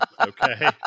okay